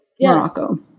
Morocco